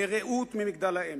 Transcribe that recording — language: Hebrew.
לרעות ממגדל-העמק,